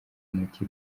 intoki